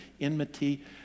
enmity